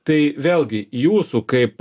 tai vėlgi jūsų kaip